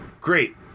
great